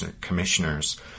commissioners